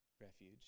Refuge